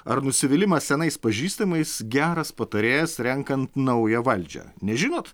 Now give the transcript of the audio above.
ar nusivylimas senais pažįstamais geras patarėjas renkant naują valdžią nežinot